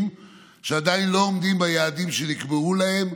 שעדיין לא עומדים ביעדים שנקבעו להם,